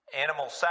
animal